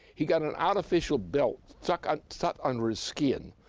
he got an artificial belt, stuck and stuck under his skin,